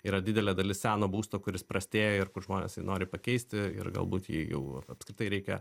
yra didelė dalis seno būsto kuris prastėja ir kur žmonės nori pakeisti ir galbūt jį jau apskritai reikia